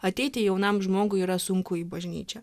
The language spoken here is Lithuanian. ateiti jaunam žmogui yra sunku į bažnyčią